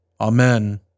Amen